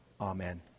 Amen